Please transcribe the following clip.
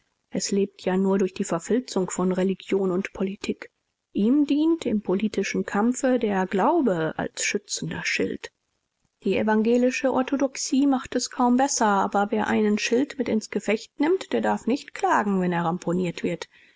es lebt ja nur durch die verfilzung von religion und politik ihm dient im politischen kampfe der glaube als schützender schild die evangelische orthodoxie macht es kaum besser wer aber einen schild mit ins gefecht nimmt der darf nicht klagen wenn er ramponiert wird